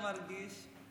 איך אתה מרגיש?